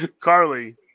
Carly